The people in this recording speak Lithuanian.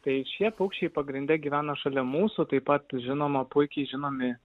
tai šie paukščiai pagrinde gyvena šalia mūsų taip pat žinoma puikiai žinomi